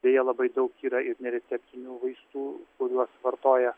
tai jie labai daug yra ir nereceptinių vaistų kuriuos vartoja